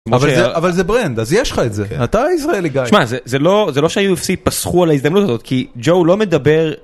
אבל זה ברנד אז יש לך את זה אתה ישראלי גיא זה לא זה לא שה-UFC פסחו על ההזדמנות הזאת כי ג'ו לא מדבר